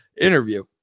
interview